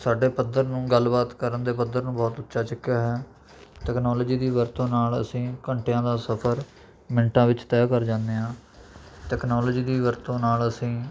ਸਾਡੇ ਪੱਧਰ ਨੂੰ ਗੱਲਬਾਤ ਕਰਨ ਦੇ ਪੱਧਰ ਨੂੰ ਬਹੁਤ ਉੱਚਾ ਚੱਕਿਆ ਹੈ ਤਕਨਾਲੋਜੀ ਦੀ ਵਰਤੋਂ ਨਾਲ ਅਸੀਂ ਘੰਟਿਆਂ ਦਾ ਸਫ਼ਰ ਮਿੰਟਾਂ ਵਿੱਚ ਤੈਅ ਕਰ ਜਾਂਦੇ ਹਾਂ ਤਕਨਾਲੋਜੀ ਦੀ ਵਰਤੋਂ ਨਾਲ ਅਸੀਂ